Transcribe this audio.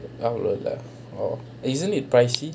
அவ்ளோ இல்ல:avlo illa oh isn't it pricey